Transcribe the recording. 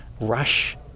rush